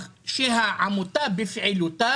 האידיאולוגי של העמותה.